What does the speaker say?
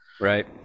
right